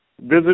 Visit